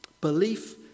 Belief